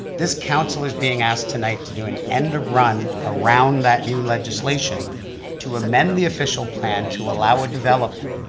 this council is being asked tonight to do an end run around that new legislation to amend the official plan to allow a development.